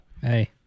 Hey